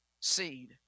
seed